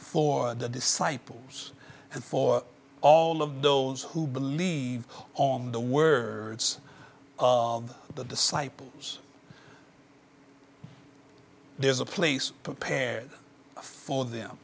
for the disciples and for all of those who believe on the words of the disciples there's a place prepared for them